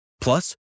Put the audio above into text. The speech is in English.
Plus